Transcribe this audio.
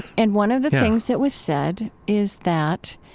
and one of the things that was said is that,